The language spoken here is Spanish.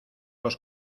los